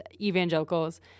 evangelicals